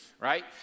right